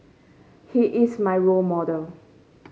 he is my role model